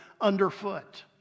underfoot